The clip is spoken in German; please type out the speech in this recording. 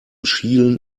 schielen